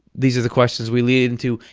these are the questions we lead into.